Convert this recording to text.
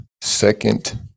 second